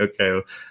okay